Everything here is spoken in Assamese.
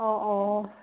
অঁ অঁ